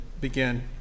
begin